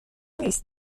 نیست